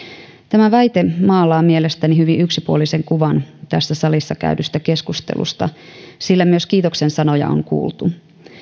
tämä väite maalaa mielestäni hyvin yksipuolisen kuvan tässä salissa käydystä keskustelusta sillä myös kiitoksen sanoja on kuultu